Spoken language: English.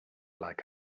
like